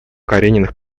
карениных